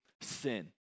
sin